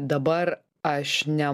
dabar aš ne